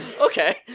Okay